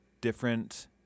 different